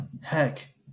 Heck